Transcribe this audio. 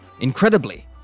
Incredibly